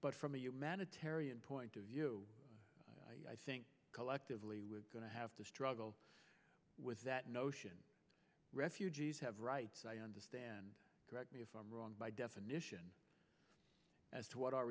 but from a humanitarian point of view i think collectively we're going to have to struggle with that notion refugees have rights i understand correct me if i'm wrong by definition as to what our